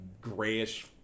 grayish